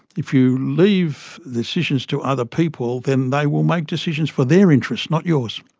if you leave decisions to other people then they will make decisions for their interest, not yours,